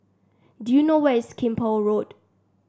do you know where is Keppel Road